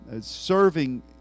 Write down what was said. serving